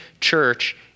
church